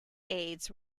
aides